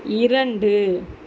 இரண்டு